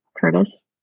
Curtis